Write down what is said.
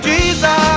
Jesus